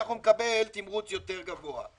כך הוא מקבל תמרוץ יותר גבוה.